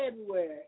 February